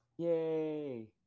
Yay